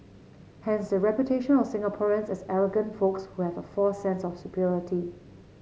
hence the reputation of Singaporeans as arrogant folks who have a false sense of superiority